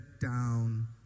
down